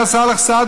אומר סאלח סעד,